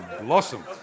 blossom